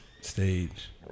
stage